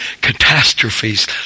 catastrophes